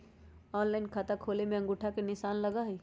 Online खाता खोले में अंगूठा के निशान लगहई?